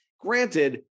granted